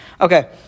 Okay